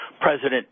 president